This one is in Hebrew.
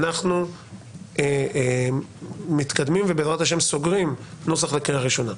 אנחנו מתקדמים ובעזרת השם סוגרים נוסח לקריאה ראשונה.